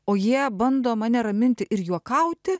o jie bando mane raminti ir juokauti